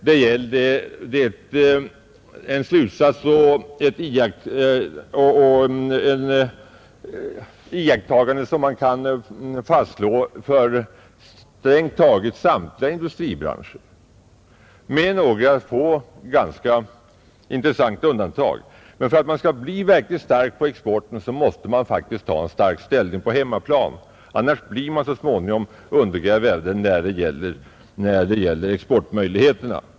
Det är en slutsats och en iakttagelse som gäller strängt taget samtliga industribranscher — med några få, ganska intressanta undantag. För att man skall bli verkligt stark på export måste man faktiskt ha en stark ställning på hemmaplan, annars får man så småningom sämre exportmöjligheter.